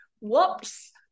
whoops